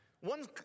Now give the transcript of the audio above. One